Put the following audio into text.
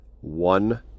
one